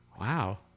Wow